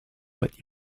what